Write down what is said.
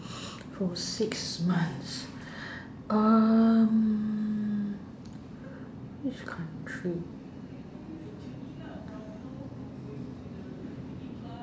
for six months um which country